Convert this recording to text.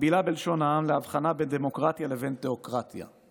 מקבילה בלשון העם להבחנה בין דמוקרטיה לבין תיאוקרטיה.